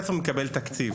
מקבל תקציב,